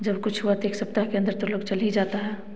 जब कुछ हुआ तो एक सप्ताह के अन्दर तो लोग चले ही जाता है